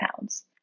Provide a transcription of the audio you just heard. pounds